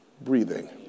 breathing